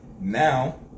Now